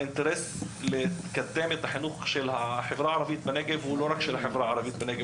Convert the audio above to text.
האינטרס לקידום החברה הערבית בנגב הוא לא רק של החברה הערבית בנגב,